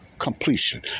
Completion